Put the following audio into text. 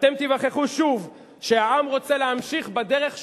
אתם תיווכחו שוב שהעם רוצה להמשיך בדרך שלנו,